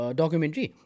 documentary